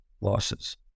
losses